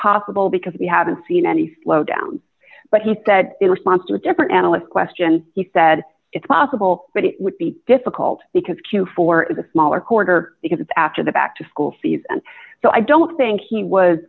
possible because we haven't seen any slowdown but he said in response to a different analyst question he said it's possible but it would be difficult because q four is a smaller quarter because it's after the back to school season so i don't think he was